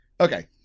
Okay